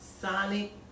Sonic